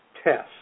test